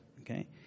okay